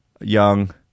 young